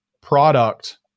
product